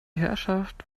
herrschaft